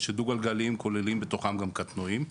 כי דו גלגליים כוללים גם קטנועים.